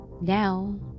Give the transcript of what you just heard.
now